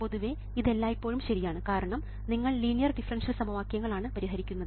പൊതുവെ ഇത് എല്ലായ്പ്പോഴും ശരിയാണ് കാരണം നിങ്ങൾ ലീനിയർ ഡിഫറൻഷ്യൽ സമവാക്യങ്ങൾ ആണ് പരിഹരിക്കുന്നത്